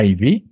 Ivy